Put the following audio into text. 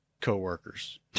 coworkers